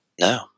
No